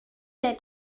der